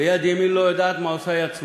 ויד ימין לא יודעת מה עושה יד שמאל.